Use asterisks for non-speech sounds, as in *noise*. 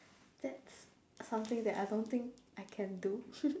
that's something that I don't think I can do *laughs*